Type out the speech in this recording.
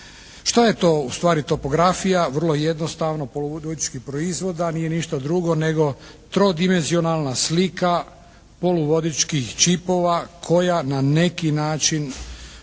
Šta je to ustvari topografija? Vrlo jednostavno, poluvodički proizvod, a nije ništa drugo nego trodimenzionalna slika poluvodičkih čipova koja na neki način